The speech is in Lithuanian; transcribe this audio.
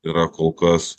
yra kol kas